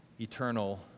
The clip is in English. eternal